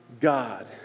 God